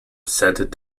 said